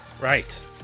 Right